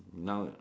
now